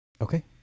Okay